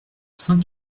cent